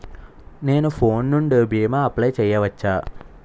నేను ఫోన్ నుండి భీమా అప్లయ్ చేయవచ్చా?